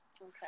okay